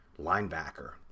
linebacker